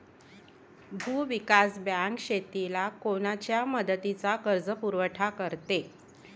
भूविकास बँक शेतीला कोनच्या मुदतीचा कर्जपुरवठा करते?